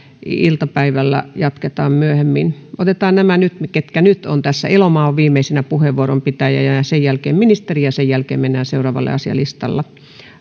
iltapäivällä jatketaan otetaan nämä nyt ketkä nyt ovat tässä elomaa on viimeisenä puheenvuoronpitäjänä ja sen jälkeen ministeri ja sen jälkeen mennään seuraavaan asiaan listalla